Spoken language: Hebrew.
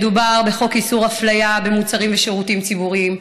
מדובר בחוק איסור הפליה במוצרים ושירותים ציבוריים.